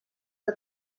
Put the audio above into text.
que